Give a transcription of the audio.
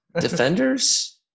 Defenders